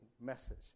message